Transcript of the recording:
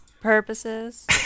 purposes